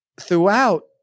throughout